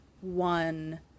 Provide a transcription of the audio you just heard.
one